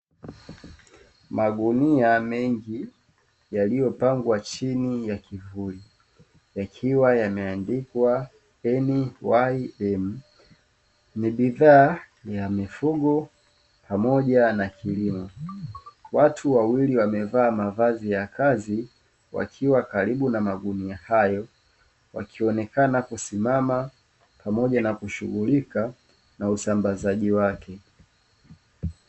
Magunia mengi yaliyopangwa chini ya kivuli yakiwa yameandikwa “NYM”, ni bidhaa ya mifugo pamoja na kilimo. Watu wawili wamevaa mavazi ya kazi wakiwa karibu na magunia hayo, wakionekana kusimama pamoja, na kushughulika na usambazaji wake.